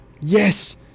Yes